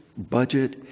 budget,